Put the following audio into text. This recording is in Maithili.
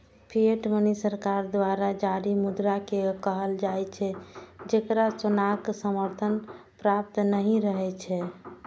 फिएट मनी सरकार द्वारा जारी मुद्रा कें कहल जाइ छै, जेकरा सोनाक समर्थन प्राप्त नहि रहै छै